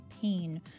pain